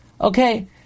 Okay